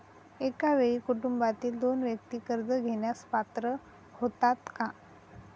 एका वेळी कुटुंबातील दोन व्यक्ती कर्ज घेण्यास पात्र होतात का?